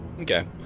Okay